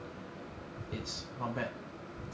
it's not bad